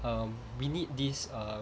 um we need this uh